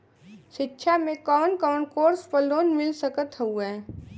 शिक्षा मे कवन कवन कोर्स पर लोन मिल सकत हउवे?